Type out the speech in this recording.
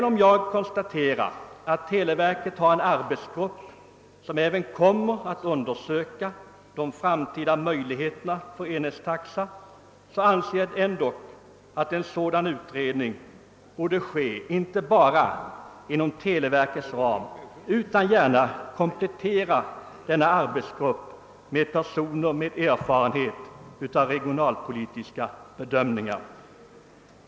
Och televerket har visserligen en arbetsgrupp som kommer att undersöka de framtida möjligheterna för en enhetstaxa, men jag anser att utredningen bör inte bara ske inom televerkets ram utan att arbetsgruppen bör förstärkas med personer som har erfarenhet av regionalpolitiska bedömningar.